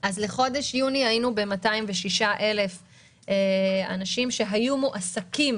בחודש יוני היינו ב-206,000 אנשים שהיו מועסקים